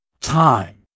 Time